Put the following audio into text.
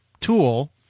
Tool